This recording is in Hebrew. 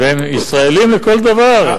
והם ישראלים לכל דבר.